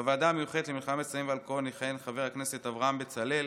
בוועדה המיוחדת למלחמה בסמים ובאלכוהול יכהן חבר הכנסת אברהם בצלאל.